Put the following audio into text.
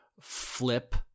flip